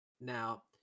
Now